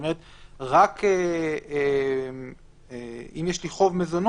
כלומר רק רק אם יש לי חוב מזונות,